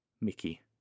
Mickey